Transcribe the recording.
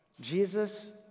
Jesus